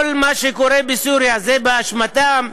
כל מה שקורה בסוריה זה באשמתם,